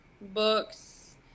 books